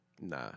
nah